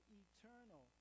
eternal